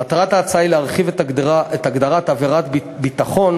מטרת ההצעה היא להרחיב את הגדרת "עבירת ביטחון"